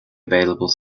available